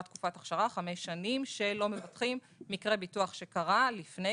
תקופת אכשרה חמש שנים שלא מבטחים מקרה ביטוח שקרה לפני,